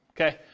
okay